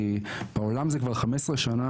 כי בעולם זה כבר 15 שנה,